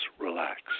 relax